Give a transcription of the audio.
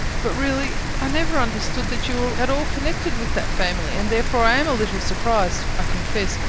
but really i never understood that you were at all connected with that family, and therefore i am a little surprised, i confess,